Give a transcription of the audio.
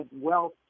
wealth